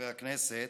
חברי הכנסת,